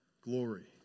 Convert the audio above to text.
glory